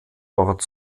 dort